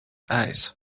eyes